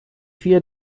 via